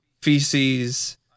Feces